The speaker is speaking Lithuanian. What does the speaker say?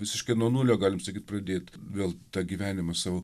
visiškai nuo nulio galim sakyt pradėt vėl tą gyvenimą savo